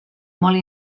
molt